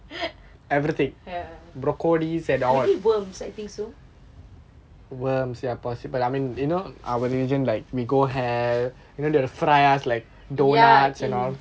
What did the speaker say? ya maybe worms I think so ya in